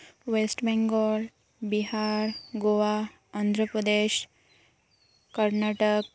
west Bengal Bihar Goa Andhra Pradesh Karnataka